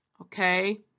okay